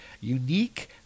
unique